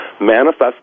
manifest